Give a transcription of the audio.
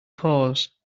pause